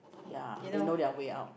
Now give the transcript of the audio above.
ya they know their way out